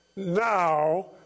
Now